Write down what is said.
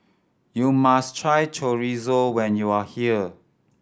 you must try Chorizo when you are here